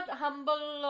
humble